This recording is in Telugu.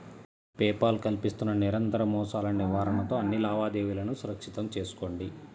పే పాల్ కల్పిస్తున్న నిరంతర మోసాల నివారణతో అన్ని లావాదేవీలను సురక్షితం చేసుకోండి